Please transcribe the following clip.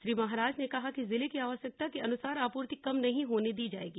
श्री महाराज ने कहा कि जिले की आवश्यकता के अनुसार आपूर्ति कम नहीं होने दी जायेगी